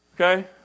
okay